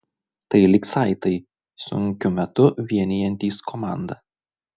tai lyg saitai sunkiu metu vienijantys komandą